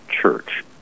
Church